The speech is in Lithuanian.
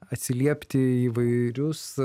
atsiliepti įvairius